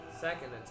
Second